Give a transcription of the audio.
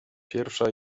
pierwsza